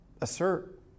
assert